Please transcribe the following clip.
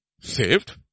saved